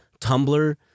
Tumblr